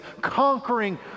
conquering